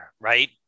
right